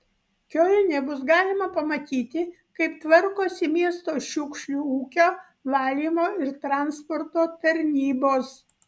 kiolne bus galima pamatyti kaip tvarkosi miesto šiukšlių ūkio valymo ir transporto tarnybos